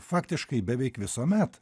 faktiškai beveik visuomet